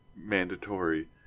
mandatory